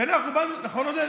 ואנחנו באנו, נכון, עודד?